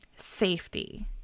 Safety